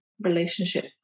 relationship